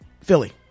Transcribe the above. Philly